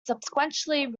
subsequently